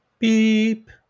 Beep